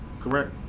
Correct